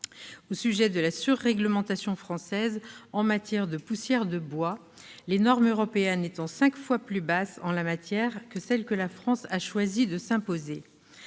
au sujet de la surréglementation française concernant les poussières de bois, les normes européennes étant cinq fois plus basses en la matière que celles que la France a choisi de s'imposer.